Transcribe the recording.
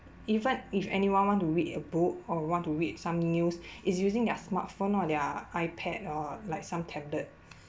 even if anyone want to read a book or want to read some news is using their smartphone or their ipad or like some tablet